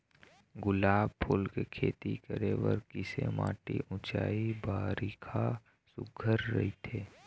गुलाब फूल के खेती करे बर किसे माटी ऊंचाई बारिखा सुघ्घर राइथे?